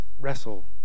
Wrestle